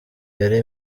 baba